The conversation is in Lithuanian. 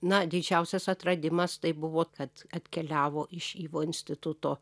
na didžiausias atradimas tai buvo kad atkeliavo iš yvo instituto